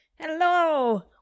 Hello